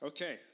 Okay